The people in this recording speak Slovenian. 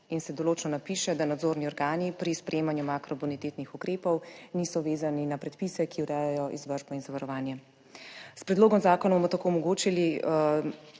in se določno napiše, da nadzorni organi pri sprejemanju makrobonitetnih ukrepov niso vezani na predpise, ki urejajo izvršbo in zavarovanje. S predlogom zakona bomo tako omogočili